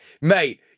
mate